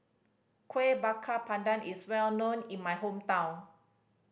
Kuih Bakar Pandan is well known in my hometown